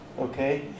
Okay